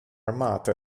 armate